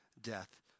death